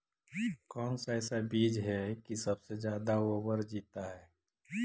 कौन सा ऐसा बीज है की सबसे ज्यादा ओवर जीता है?